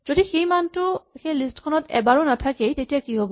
যদি সেই মানটো সেই লিষ্ট খনত এবাৰো নাথাকেই তেতিয়া কি হ'ব